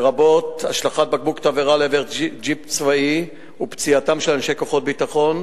לרבות השלכת בקבוק תבערה לעבר ג'יפ צבאי ופציעתם של אנשי כוחות ביטחון,